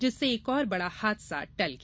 जिससे एक और बड़ा हादसा टल गया